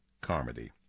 Carmody